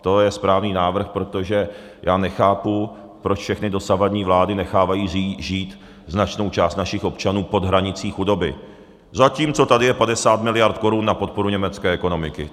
To je správný návrh, protože já nechápu, proč všechny dosavadní vlády nechávají žít značnou část našich občanů pod hranicí chudoby, zatímco tady je 50 miliard korun na podporu německé ekonomiky.